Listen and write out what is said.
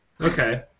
Okay